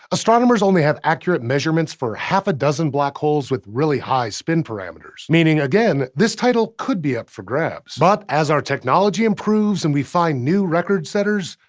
astronomers only have accurate measurements for half a dozen black holes with really high spin parameters. meaning, again, this title could be up for grabs. but as our technology improves and we find new record-setters,